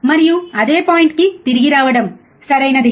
మరియు అదే పాయింట్కి తిరిగి రావడం సరియైనది